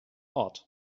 ort